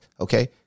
Okay